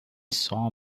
saw